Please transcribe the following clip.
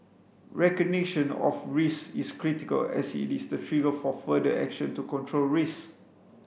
recognition of risks is critical as it is the trigger for further action to control risks